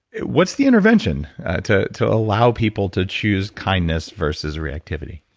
what's the intervention to to allow people to choose kindness versus reactivity?